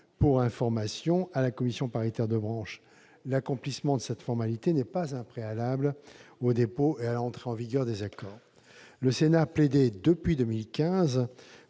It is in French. pour information à la commission paritaire de branche. L'accomplissement de cette formalité n'est pas un préalable au dépôt et à l'entrée en vigueur des accords. Le Sénat plaidait depuis 2015